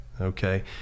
okay